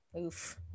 oof